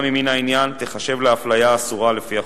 ממין העניין תיחשב להפליה אסורה לפי החוק.